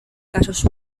casos